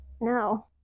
no